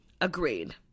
Agreed